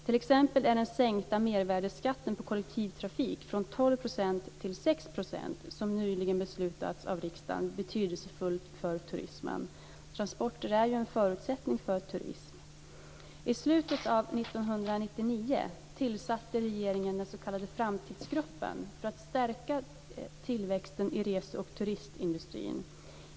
T.ex. är den sänkta mervärdesskatten på kollektivtrafik från 12 % till 6 % som nyligen beslutats av riksdagen betydelsefull för turismen. Transporter är ju en förutsättning för turism. I slutet av 1999 tillsatte regeringen den s.k. Framtidsgruppen för att stärka tillväxten i rese och turistindustrin.